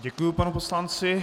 Děkuji panu poslanci.